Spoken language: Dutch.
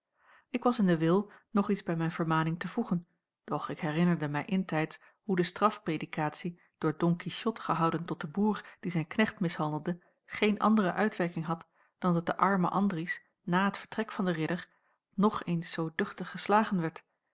ik was in den wil nog iets bij mijne vermaning te voegen doch ik herinnerde mij intijds hoe de strafpredikatie door don quichot gehouden tot den boer die zijn knecht mishandelde geen andere uitwerking had dan dat de arme andries na het vertrek van den ridder nog eens zoo duchtig geslagen werd